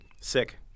Sick